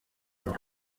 los